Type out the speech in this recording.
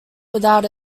without